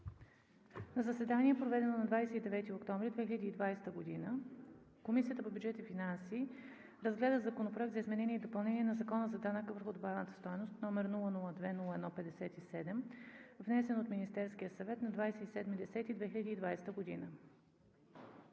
На заседание, проведено на 29 октомври 2020 г., Комисията по бюджет и финанси разгледа Законопроект за изменение и допълнение на Закона за данък върху добавената стойност, № 002-01-57, внесен от Министерския съвет на 27 октомври